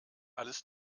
alles